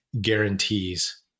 guarantees